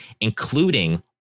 including